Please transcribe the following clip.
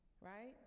right